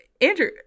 Andrew